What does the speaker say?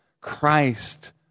Christ